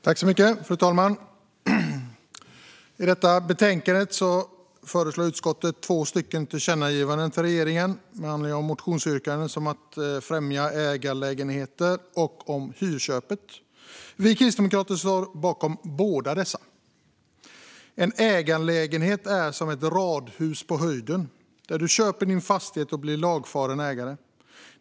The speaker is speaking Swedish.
Fru talman! I detta betänkande föreslår utskottet två tillkännagivanden till regeringen med anledning av motionsyrkanden om att främja ägarlägenheter och om hyrköp. Vi kristdemokrater står bakom båda dessa. En ägarlägenhet är som ett radhus på höjden, där du köper din fastighet och blir lagfaren ägare.